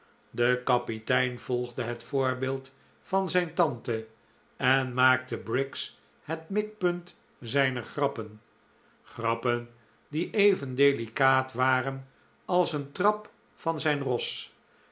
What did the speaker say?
de kapitein volgde het voorbeeld van zijn tante en maakte briggs het mikpunt zijner grappen grappen die even delicaat waren als een trap van zijn ros